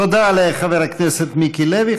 תודה לחבר הכנסת מיקי לוי.